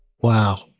Wow